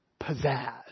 pizzazz